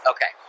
Okay